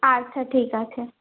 আচ্ছা ঠিক আছে